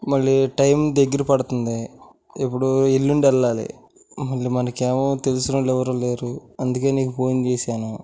మళ్ళీ టైమ్ దగ్గర పడుతుంది ఇప్పుడు ఎల్లుండి వెళ్ళాలి మళ్ళీ మనకేమో తెలిసిన వాళ్ళు ఎవరూ లేరు అందుకే నీకు ఫోన్ చేశాను